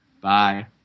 Bye